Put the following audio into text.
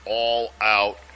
all-out